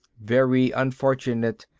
very unfortunate.